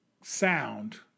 sound